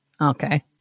Okay